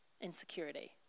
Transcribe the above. insecurity